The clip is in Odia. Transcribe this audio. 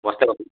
ବସ୍ତେ ବସ୍ତେ